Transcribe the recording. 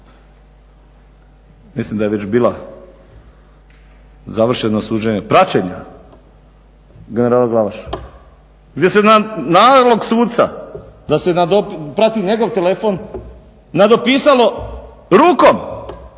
mislim da je već bilo završeno suđenje praćenja generala Glavaša. Vi ste …/Govornik se ne razumije./… da se prati njegov telefon nadopisalo rukom